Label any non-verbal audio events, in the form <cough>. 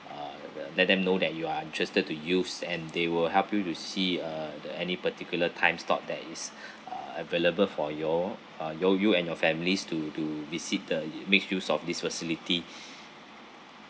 uh the let them know that you are interested to use and they will help you to see uh the any particular time slot that is <breath> ah available for your uh your you and your families to to visit the it makes use of this facility